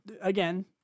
again